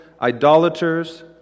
idolaters